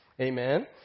Amen